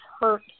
hurt